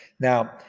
Now